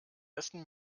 ersten